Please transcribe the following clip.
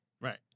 right